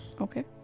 okay